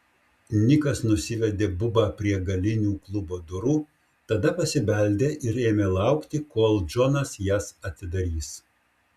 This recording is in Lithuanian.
nikas nusivedė bubą prie galinių klubo durų tada pasibeldė ir ėmė laukti kol džonas jas atidarys